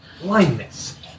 blindness